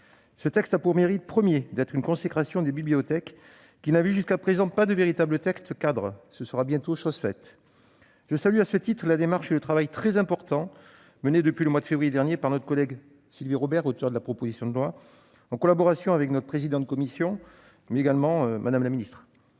de loi a pour mérite premier d'apporter une consécration aux bibliothèques, qui n'avaient jusqu'à présent pas de véritable texte-cadre. Ce sera bientôt chose faite. Je salue à ce titre la démarche et le travail très important mené depuis le mois de février dernier par notre collègue Sylvie Robert, auteure de la proposition de loi, en collaboration avec le président de notre commission et la ministre.